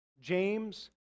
James